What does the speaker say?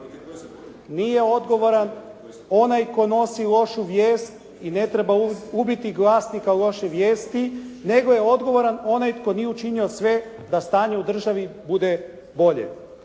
Nije odgovoran onaj tko nosi lošu vijest i ne treba ubiti glasnika loše vijesti, nego je odgovoran onaj tko nije učinio sve da stanje u državi bude bolje.